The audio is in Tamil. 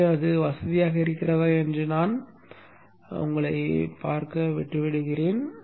எனவே அது வசதியாக இருக்கிறதா என்று பார்க்க நான் உங்களை விட்டுவிடுகிறேன்